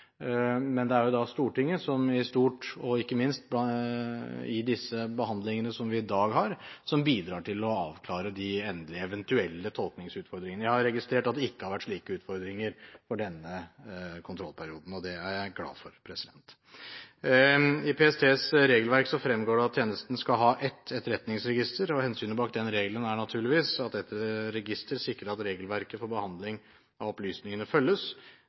Men det er Stortinget som i stort, ikke minst i behandlingen av disse sakene vi har i dag, som bidrar til å avklare de endelige eventuelle tolkningsutfordringene. Jeg har registrert at det ikke har vært slike utfordringer for denne kontrollperioden, og det er jeg glad for. I PSTs regelverk fremgår det at tjenesten skal ha ett etterretningsregister, og hensynet bak den regelen er naturligvis at dette registeret sikrer at regelverket for behandling av opplysningene følges.